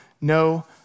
no